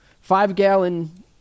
five-gallon